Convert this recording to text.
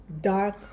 dark